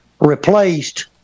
replaced